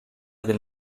del